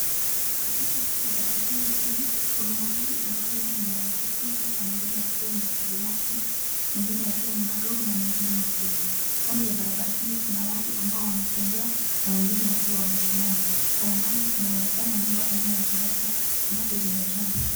Katika barabara hili kuu kuna magari ambayo ni ya uchukuzi na mengine yakiwa ni ya kibinafsi mengine yakiwa ni madogo na mengine makubwa. Kando ya barabara hili kuna watu ambao wanatembea na wengine wakiwa wamesimama. Kwa umbali kunaonekana nyumba aina ya ghorofa ambazo zimejengwa.